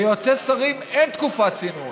ליועצי שרים אין תקופת צינון,